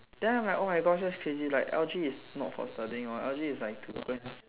then I am like oh my gosh that's crazy like L_G is not for studying one L_G is like to go and